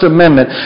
Amendment